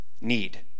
Need